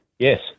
Yes